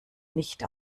nicht